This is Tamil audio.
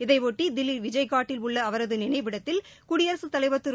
இதையொட்டி தில்லி விஜய்காட்டில் உள்ள அவரது நினைவிடத்தில் குடியரசுத் தலைவா் திரு